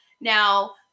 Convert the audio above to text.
Now